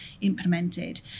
implemented